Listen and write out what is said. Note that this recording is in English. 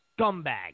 scumbag